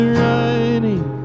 running